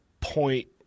point